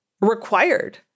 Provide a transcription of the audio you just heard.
required